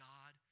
God